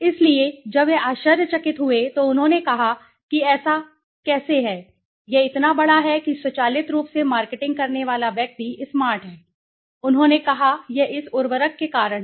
इसलिए जब वे आश्चर्यचकित हुए तो उन्होंने कहा कि ऐसा कैसे है यह इतना बड़ा है कि स्वचालित रूप से मार्केटिंग करने वाला व्यक्ति स्मार्ट है उन्होंने कहा यह इस उर्वरक के कारण है